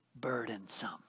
burdensome